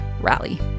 rally